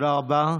תודה רבה.